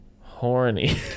horny